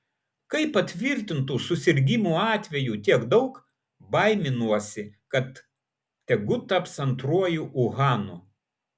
kai patvirtintų susirgimų atvejų tiek daug baiminuosi kad tegu taps antruoju uhanu